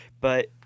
But-